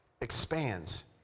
expands